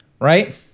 right